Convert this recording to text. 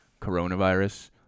coronavirus